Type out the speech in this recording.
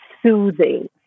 soothing